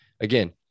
again